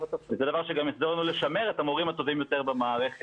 וזה דבר שגם יעזור לנו לשמר את המורים הטובים ביותר במערכת.